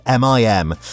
MIM